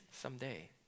someday